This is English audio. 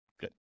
Good